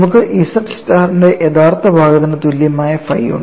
നമുക്ക് z star ന്റെ യഥാർത്ഥ ഭാഗത്തിന് തുല്യമായ phi ഉണ്ട്